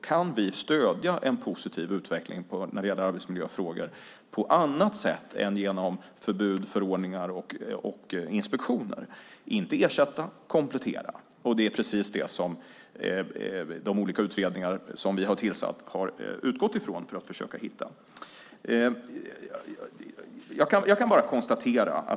Kan vi stödja en positiv utveckling när det gäller arbetsmiljöfrågor på annat sätt än genom förbud, förordningar och inspektioner? Det handlar inte om att ersätta utan om att komplettera. Det är precis det som de olika utredningar som vi har tillsatt har utgått ifrån att försöka hitta.